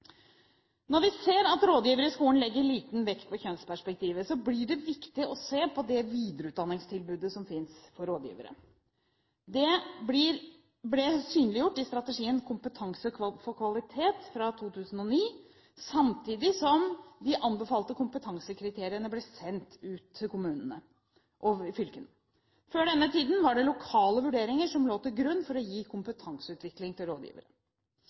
Når vi ser at rådgivere i skolen legger liten vekt på kjønnsperspektivet, blir det viktig å se på det videreutdanningstilbudet som finnes for rådgivere. Dette ble synliggjort i strategien Kompetanse for kvalitet, fra 2009, samtidig som de anbefalte kompetansekriteriene ble sendt ut til kommunene og fylkene. Før denne tiden var det lokale vurderinger som lå til grunn for å gi kompetanseutvikling til rådgivere.